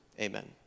Amen